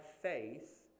faith